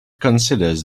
considers